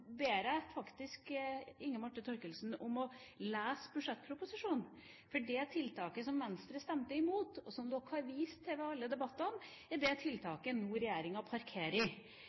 Jeg ber faktisk Inga Marte Thorkildsen om å lese budsjettproposisjonen, for det tiltaket som Venstre stemte imot, og som dere har vist til i alle debattene, er det tiltaket som regjeringa nå parkerer,